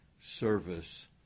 service